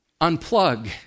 unplug